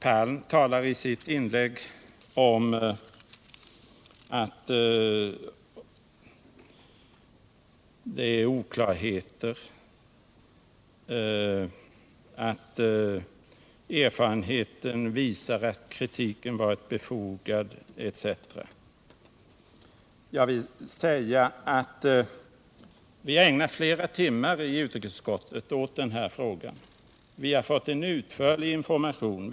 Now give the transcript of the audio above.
Herr Palm talade i sitt inlägg om att det är oklarheter, att erfarenheten visar att kritiken var befogad etc. Jag vill nämna att vi i utrikesutskottet har ägnat flera timmar åt den här frågan. Vi har fått utförlig information.